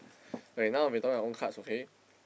okay we'll be talking about own cards okay